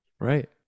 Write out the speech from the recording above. right